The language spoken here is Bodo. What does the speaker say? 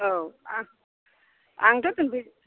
औ आं आंथ' दोनफै